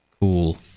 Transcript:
Cool